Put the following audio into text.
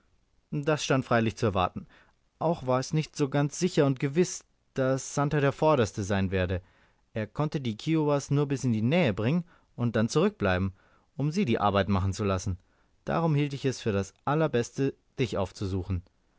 das stand freilich zu erwarten auch war es nicht so ganz sicher und gewiß daß santer der vorderste sein werde er konnte die kiowas nur bis in die nähe bringen und dann zurückbleiben um sie die arbeit machen zu lassen darum hielt ich es für das allerbeste dich aufzusuchen